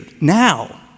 now